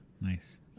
Nice